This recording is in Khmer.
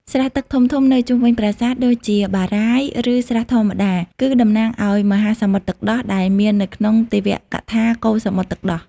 ស្រះទឹកធំៗនៅជុំវិញប្រាសាទ ដូចជាបារាយណ៍ ឬស្រះធម្មតា គឺតំណាងឲ្យ មហាសមុទ្រទឹកដោះ ដែលមាននៅក្នុងទេវកថាកូរសមុទ្រទឹកដោះ។